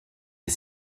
est